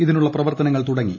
ഇതിനുള്ള പ്രവർത്തനങ്ങൾ തുടങ്ങി